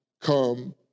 come